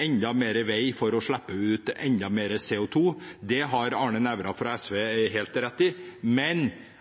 enda mer vei for å slippe ut enda mer CO 2 . Det har Arne Nævra fra SV helt rett i. Men